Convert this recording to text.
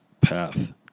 path